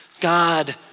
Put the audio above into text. God